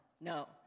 No